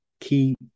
key